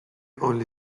only